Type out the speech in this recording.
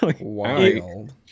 Wild